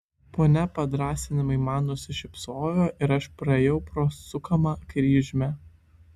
ponia padrąsinamai man nusišypsojo ir aš praėjau pro sukamą kryžmę